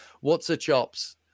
What's-A-Chops